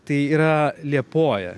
tai yra liepoja